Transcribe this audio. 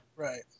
Right